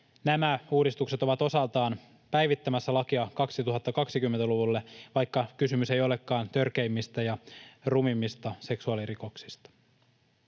Nämä uudistukset ovat osaltaan päivittämässä lakia 2020-luvulle, vaikka kysymys ei olekaan törkeimmistä ja rumimmista seksuaalirikoksista.